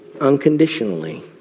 unconditionally